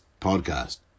podcast